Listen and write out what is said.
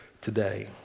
today